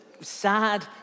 sad